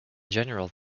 general